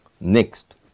Next